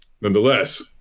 nonetheless